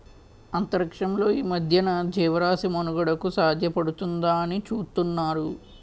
అంతరిక్షంలో ఈ మధ్యన జీవరాశి మనుగడకు సాధ్యపడుతుందాని చూతున్నారు